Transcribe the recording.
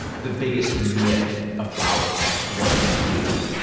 the biggest myth about what you do?